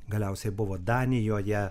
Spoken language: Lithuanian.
galiausiai buvo danijoje